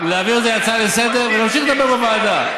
להעביר את זה להצעה לסדר-היום ונמשיך לדבר בוועדה.